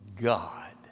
god